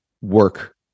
work